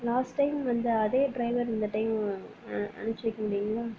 last time வந்த அதே driver இந்த டயமும் அமுச்சு வைக்க முடியுங்களா